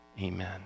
Amen